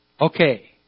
Okay